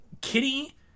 Kitty